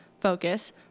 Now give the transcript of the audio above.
focus